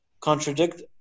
contradict